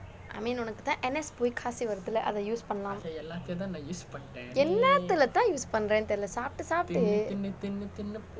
I mean உனக்கு தான்:unakku thaan N_S போய் காசு வருது இல்ல அதை:poi kaasu varuthu illa athu use பண்ணலாம் எண்ணத்தில் தான்:pannalaam ennathila thaan use பண்றேன்னு தெரியில்ல சாப்பிட்டு சாப்பிட்டு:pandrennu theriyilla sappittu sapittu